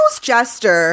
Jester